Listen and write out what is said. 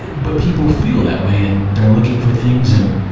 but people feel that way. and they're looking for things and,